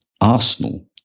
Arsenal